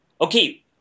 Okay